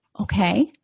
Okay